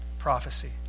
prophecy